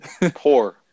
poor